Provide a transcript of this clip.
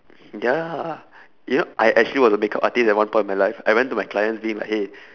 ya yup I actually was a makeup artist at one point in my life I went to my clients being like hey